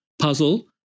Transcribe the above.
puzzle